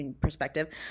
Perspective